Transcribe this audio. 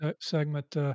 segment